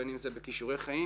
בין אם זה בכישורי חיים,